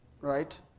Right